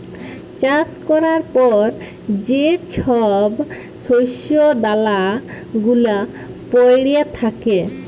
চাষ ক্যরার পর যে ছব শস্য দালা গুলা প্যইড়ে থ্যাকে